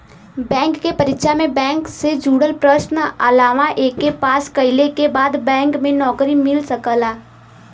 bank के परीक्षा में बैंक से जुड़ल प्रश्न आवला एके पास कइले के बाद बैंक में नौकरी मिल सकला